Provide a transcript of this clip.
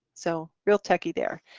so real techie there.